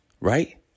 right